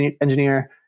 engineer